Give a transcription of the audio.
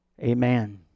Amen